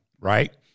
right